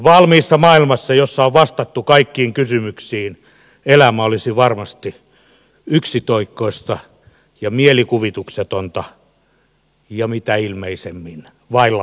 valmiissa maailmassa jossa on vastattu kaikkiin kysymyksiin elämä olisi varmasti yksitoikkoista ja mielikuvituksetonta ja mitä ilmeisimmin vailla vapautta